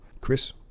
Chris